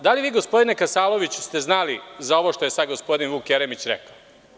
Da li ste vi, gospodine Kasaloviću, znali za ovo što je sad gospodin Vuk Jeremić rekao?